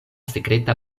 sekreta